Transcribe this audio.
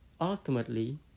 ultimately